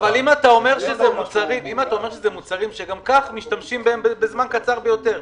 אם אתה אומר שזה מוצרים שגם כך משתמשים בהם בזמן קצר ביותר,